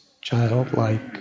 childlike